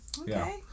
Okay